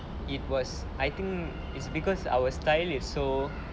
it was I think it's because our style is so